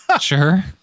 Sure